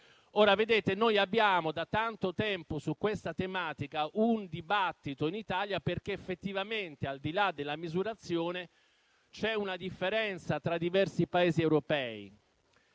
in corso, da tanto tempo, su questa tematica un dibattito in Italia, perché effettivamente, al di là della misurazione, c'è una differenza tra diversi Paesi europei.